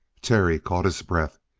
terry caught his breath.